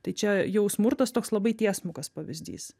tai čia jau smurtas toks labai tiesmukas pavyzdys